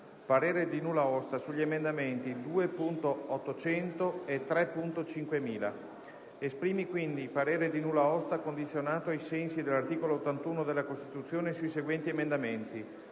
parere di nulla osta, sugli emendamenti 2.800 e 3.5000. Esprime, quindi, parere di nulla osta, condizionato ai sensi dell'articolo 81 della Costituzione, sui seguenti emendamenti: